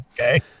Okay